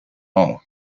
all